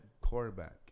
quarterback